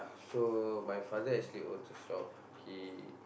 so my father actually owns a shop he